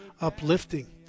uplifting